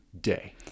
day